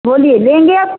बोलिए लेंगे अब